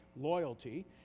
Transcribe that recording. loyalty